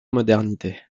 modernité